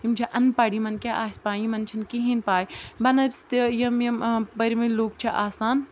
یِم چھِ اَن پَڑھ یِمَن کیٛاہ آسہِ پَے یِمَن چھِنہٕ کِہیٖنۍ پَے بنسبطِ یِم یِم پٔرۍوُن لُکھ چھِ آسان